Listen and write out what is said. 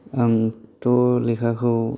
आंथ' लेखाखौ